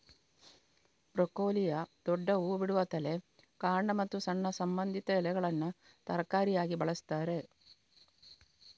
ಬ್ರೊಕೊಲಿಯ ದೊಡ್ಡ ಹೂ ಬಿಡುವ ತಲೆ, ಕಾಂಡ ಮತ್ತು ಸಣ್ಣ ಸಂಬಂಧಿತ ಎಲೆಗಳನ್ನ ತರಕಾರಿಯಾಗಿ ಬಳಸ್ತಾರೆ